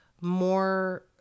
more